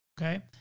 okay